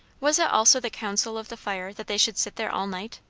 was it also the counsel of the fire that they should sit there all night?